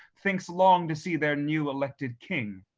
thinks long to see their new-elected king.